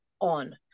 on